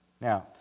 Now